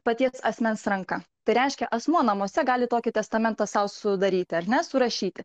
paties asmens ranka tai reiškia asmuo namuose gali tokį testamentą sau sudaryti ar ne surašyti